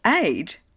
age